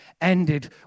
ended